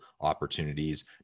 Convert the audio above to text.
opportunities